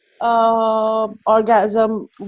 orgasm